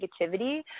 negativity